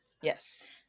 Yes